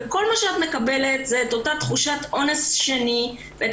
וכל מה שאת מקבלת זה את תחושת אונס שני ואת